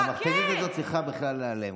המכת"זית הזאת צריכה בכלל להיעלם.